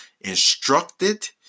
instructed